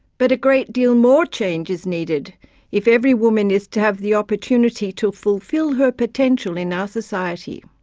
but a great deal more change is needed if every woman is to have the opportunity to fulfil her potential in ah society.